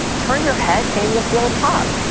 turn your head and you will feel a pop.